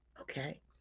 okay